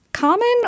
Common